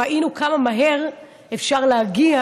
ראינו כמה מהר אפשר להגיע,